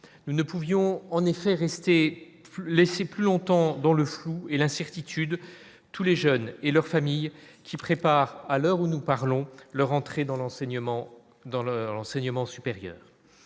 nous ne pouvions en effet rester laisser plus longtemps dans le flou et l'incertitude, tous les jeunes et leurs familles qui prépare à l'heure où nous parlons, leur entrée dans l'enseignement dans leur